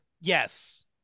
Yes